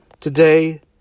Today